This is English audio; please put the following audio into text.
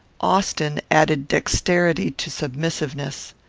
austin added dexterity to submissiveness.